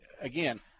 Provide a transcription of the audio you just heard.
again